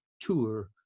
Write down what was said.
tour